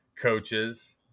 coaches –